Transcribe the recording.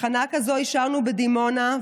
תחנה כזאת אישרנו בדימונה,